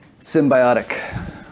symbiotic